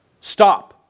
stop